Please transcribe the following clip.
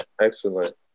Excellent